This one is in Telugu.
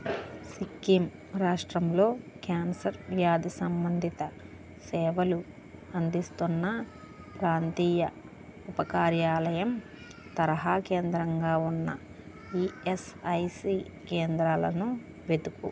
సిక్కిం రాష్ట్రంలో క్యాన్సర్ వ్యాధి సంబంధిత సేవలు అందిస్తున్న ప్రాంతీయ ఉపకార్యాలయం తరహా కేంద్రంగా ఉన్న ఈఎస్ఐసి కేంద్రాలను వెతుకు